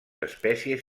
espècies